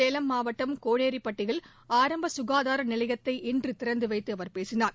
சேலம் மாவட்டம் கோனேரிப்பட்டியில் ஆரம்ப சுகாதார நிலையத்தை இன்று திறந்து வைத்து அவர் பேசினார்